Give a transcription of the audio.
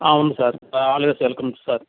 ఉంది sir always welcome sir